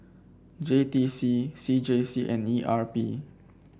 J T C C J C and E R P